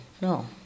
no